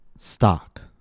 Stock